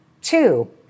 Two